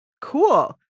cool